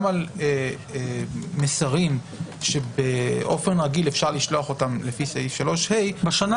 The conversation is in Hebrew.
על מסרים שבאופן רגיל אפשר לשלוח אותם לפי סעיף 3ה --- בשנה